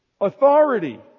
authority